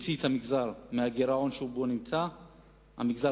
להוציא את המגזר הדרוזי מהגירעון שהוא נמצא בו,